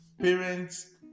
parents